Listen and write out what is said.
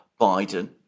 Biden